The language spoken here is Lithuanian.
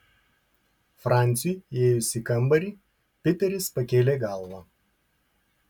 franciui įėjus į kambarį piteris pakėlė galvą